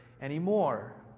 anymore